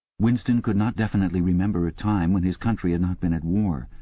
winston could not definitely remember a time when his country had not been at war,